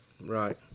right